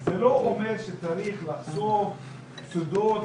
זה לא אומר שצריך לחשוף סודות,